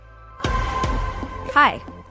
Hi